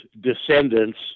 descendants